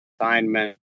assignment